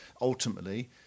Ultimately